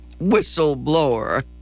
whistleblower